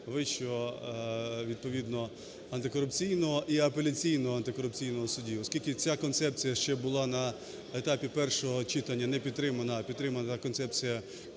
антикорупційного і Апеляційного антикорупційного судів. Оскільки ця концепція ще була на етапі першого читання не підтримана, а підтримана концепція